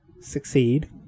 succeed